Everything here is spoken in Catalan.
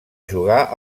jugar